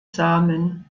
samen